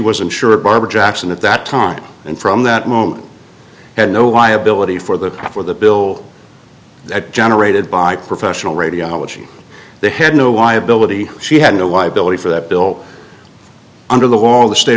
insured barbara jackson at that time and from that moment had no why ability for the for the bill that generated by professional radiology they had no why ability she had no why ability for that bill under the all the state